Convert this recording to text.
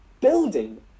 building